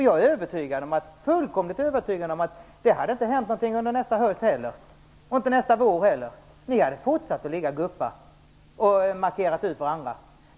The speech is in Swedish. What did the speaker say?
Jag är fullkomligt övertygad om att det inte hade hänt någonting under nästa höst och inte heller under nästa vår. Ni hade fortsatt att ligga och guppa och väntat ut varandra.